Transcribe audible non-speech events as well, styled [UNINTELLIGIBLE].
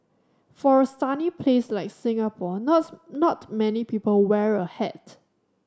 for a sunny place like Singapore [UNINTELLIGIBLE] not many people wear a hat